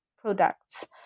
products